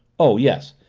oh, yes,